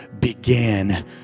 began